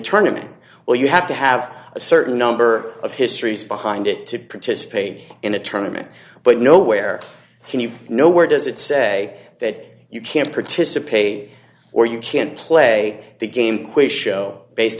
tournament where you have to have a certain number of histories behind it to participate in the tournaments but nowhere can you know where does it say that you can't participate or you can't play the game quiz show based